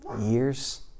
years